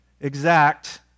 exact